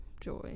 joy